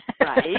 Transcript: Right